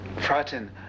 frighten